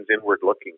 inward-looking